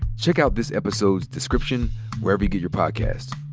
check out this episode's description wherever you get your podcast.